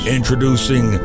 Introducing